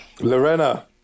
Lorena